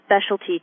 specialty